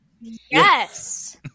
Yes